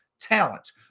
talent